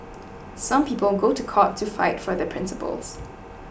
some people go to court to fight for their principles